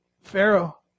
Pharaoh